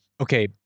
okay